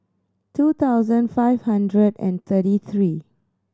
two thousand five hundred and thirty three